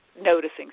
noticing